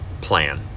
plan